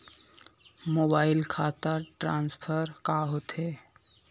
Mobile खाता transfer का होथे?